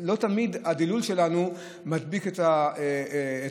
לא תמיד הדילול שלנו מדביק את המטרה.